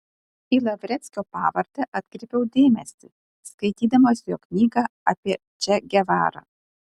į lavreckio pavardę atkreipiau dėmesį skaitydamas jo knygą apie če gevarą